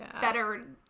better